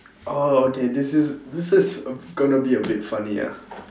orh okay this is this is gonna be a bit funny ah